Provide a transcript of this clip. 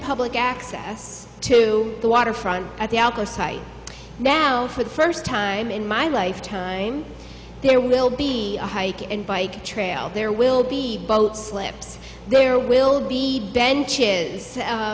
public access to the waterfront at the alco site now for the first time in my life time there will be a hike and bike trail there will be boat slips there will be the bench